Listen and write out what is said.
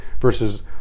versus